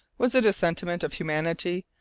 was it a sentiment of humanity,